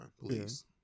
please